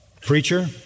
preacher